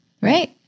Right